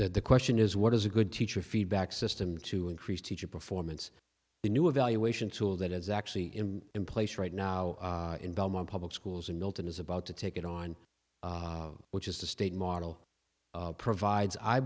the question is what is a good teacher feedback system to increase teacher performance the new evaluation tool that is actually in in place right now in belmont public schools in milton is about to take it on which is the state model provides i